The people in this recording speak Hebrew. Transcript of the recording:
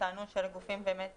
שטענו שאלה גופים יותר